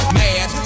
mad